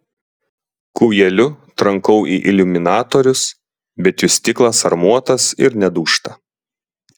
kūjeliu trankau į iliuminatorius bet jų stiklas armuotas ir nedūžta